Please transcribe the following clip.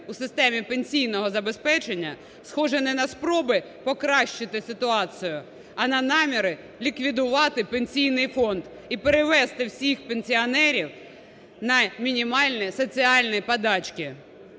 у системі пенсійного забезпечення, схоже не на спроби покращити ситуацію, а на наміри ліквідувати Пенсійний фонд і перевести всіх пенсіонерів на мінімальні соціальні подачки.